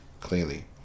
clearly